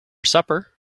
supper